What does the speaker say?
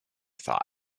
thought